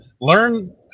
learn